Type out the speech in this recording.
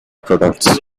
products